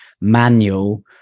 manual